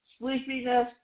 Sleepiness